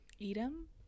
Edom